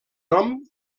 nom